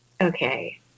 okay